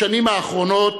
בשנים האחרונות